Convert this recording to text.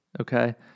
Okay